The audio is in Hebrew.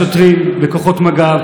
השוטרים וכוחות מג"ב,